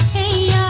a